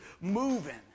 moving